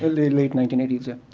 the late nineteen eighty s.